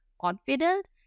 confident